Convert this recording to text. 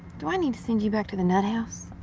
do i need to send you back to the nut house?